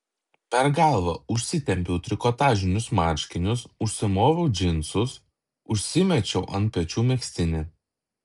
per galvą užsitempiau trikotažinius marškinius užsimoviau džinsus užsimečiau ant pečių megztinį